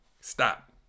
Stop